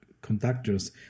conductors